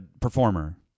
performer